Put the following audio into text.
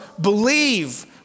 believe